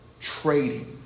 trading